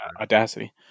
audacity